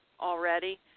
already